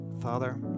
Father